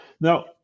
Now